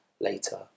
later